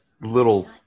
little